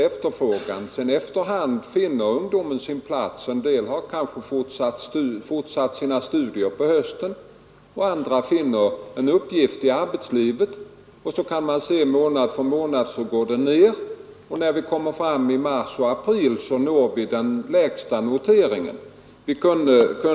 Efter hand finner ungdomen sin plats. En del har kanske fortsatt sina studier på hösten, och andra finner en uppgift i arbetslivet. Siffran för arbetslösa sjunker månad efter månad, och på våren i mars—april har vi den lägsta noteringen.